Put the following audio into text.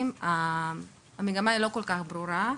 כאן המגמה היא לא מאוד ברורה,